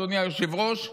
אדוני היושב-ראש: